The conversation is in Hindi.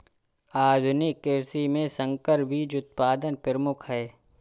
आधुनिक कृषि में संकर बीज उत्पादन प्रमुख है